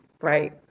Right